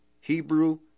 Hebrew